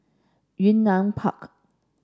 Yunnan Park